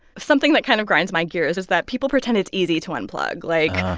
something that kind of grinds my gears is that people pretend it's easy to unplug. like,